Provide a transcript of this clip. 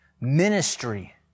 Ministry